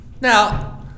Now